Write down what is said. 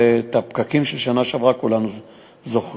ואת הפקקים של השנה שעברה כולנו זוכרים.